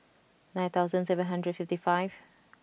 nine thousand seven hundred fifty five